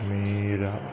Meera